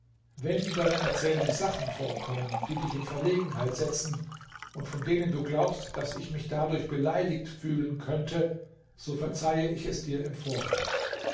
wenn in deiner erzählung sachen vorkommen die dich in verlegenheit setzen und von denen du glaubst daß ich mich dadurch beleidigt fühlen könnte so verzeihe ich es dir im voraus